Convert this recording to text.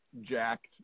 jacked